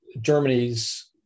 Germany's